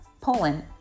Poland